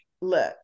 look